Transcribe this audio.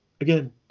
again